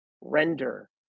Render